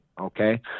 Okay